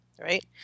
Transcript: Right